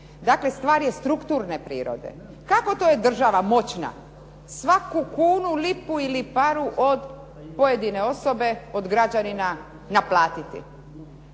Dakle stvar je strukturne prirode. Kako to je država moćna, svaku kunu, lipu ili paru od pojedine osobe od građanina naplatiti.